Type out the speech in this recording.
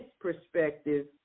perspective